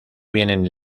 vienen